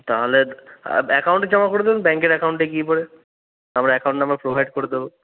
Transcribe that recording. তাহলে তা অ্যাকাউন্টে জমা করে দেবেন ব্যাংকের অ্যাকাউন্টে গিয়ে পরে আমি অ্যাকাউন্ট নম্বর প্রোভাইড করে দেব